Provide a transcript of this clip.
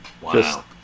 Wow